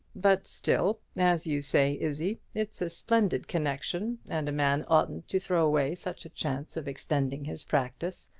but still, as you say, izzie, it's a splendid connection, and a man oughtn't to throw away such a chance of extending his practice.